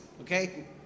Okay